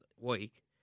week